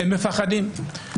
הם מפחדים.